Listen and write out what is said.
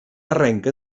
arrenca